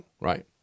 right